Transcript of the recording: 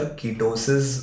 ketosis